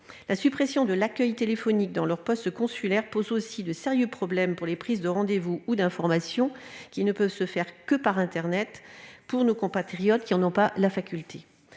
La suppression de l'accueil téléphonique dans les postes consulaires pose aussi de sérieux problèmes pour les prises de rendez-vous ou d'information, qui ne peuvent se faire que par internet, de nos compatriotes n'ayant pas la faculté